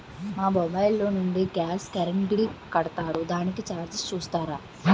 మా మొబైల్ లో నుండి గాస్, కరెన్ బిల్ కడతారు దానికి చార్జెస్ చూస్తారా?